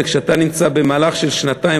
וכשאתה נמצא במהלך של שנתיים,